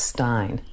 Stein